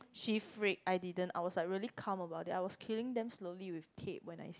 she freaked I didn't I was like really calm about it I was killing them slowly with tape when I see